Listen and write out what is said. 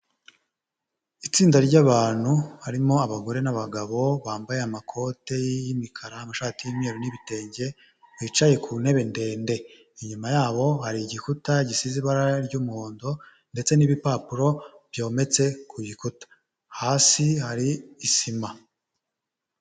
Itsinda ry'abantu harimo abagore n'abagabo bambaye amakote y'imikara, amashati y'umweru n'ibitenge bicaye ku ntebe ndende, inyuma yabo hari igikuta gisize ibara ry'umuhondo ndetse n'ibipapuro byometse ku gikuta, hasi hari isima.